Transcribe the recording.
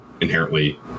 inherently